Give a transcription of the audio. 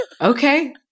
okay